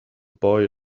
boy